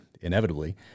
Inevitably